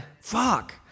Fuck